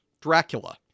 Dracula